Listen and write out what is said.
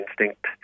Instinct